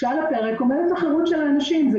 כשעל הפרק עומדת חירות האנשים זה